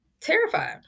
Terrified